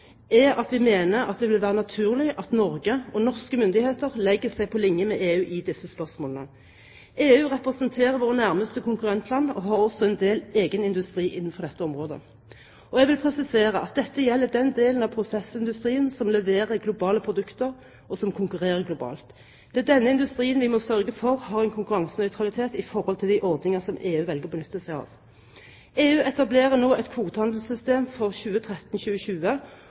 er at vi mener det vil være naturlig at Norge og norske myndigheter legger seg på linje med EU i disse spørsmålene. EU representerer våre nærmeste konkurrentland og har også en del egen industri innenfor dette området. Jeg vil presisere at dette gjelder den delen av prosessindustrien som leverer globale produkter, og som konkurrerer globalt. Det er denne industrien vi må sørge for har en konkurransenøytralitet i forhold til de ordninger som EU velger å benytte seg av. EU etablerer nå et kvotehandelssystem for